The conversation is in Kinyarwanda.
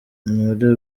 muri